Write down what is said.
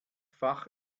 fach